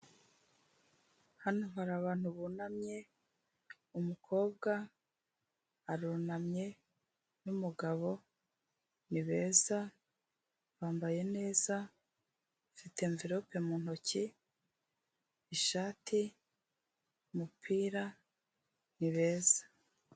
Hano hari abantu bunamye, umukobwa arunamye n'umugabo, ni beza, bambaye neza, bafite mverope mu ntoki, ishati, umupira, ni beza.